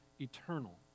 eternal